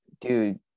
dude